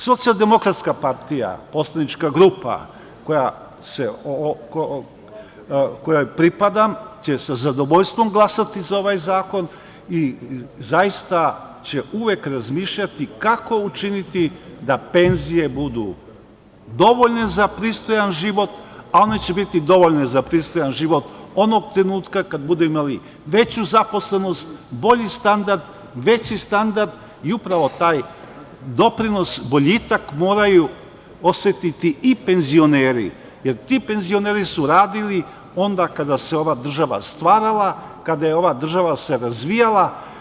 Socijaldemokratska partija, poslanička grupa kojoj pripadam će sa zadovoljstvom glasati za ovaj zakon i zaista će uvek razmišljati kako učiniti da penzije budu dovoljne za pristojan život, a one će biti dovoljne za pristojan život onog trenutka kada budemo imali veću zaposlenost, bolji standard, veći standard i upravo taj doprinos, boljitak moraju osetiti i penzioneri, jer ti penzioneri su radili onda kada se ova država stvarala, kada je ova država se razvijala.